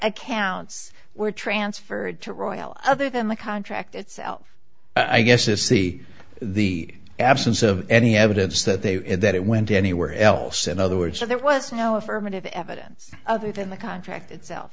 accounts were transferred to royal other than the contract itself i guess is c the absence of any evidence that they had that it went anywhere else in other words so there was no affirmative evidence other than the contract itself